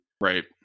Right